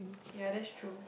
ya that's true